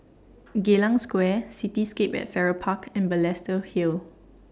Geylang Square Cityscape At Farrer Park and Balestier Hill